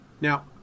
Now